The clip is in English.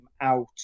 out